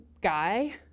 guy